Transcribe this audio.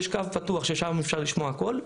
ויש קו פתוח ששם אפשר לשמוע הכול,